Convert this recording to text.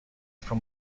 from